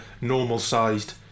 normal-sized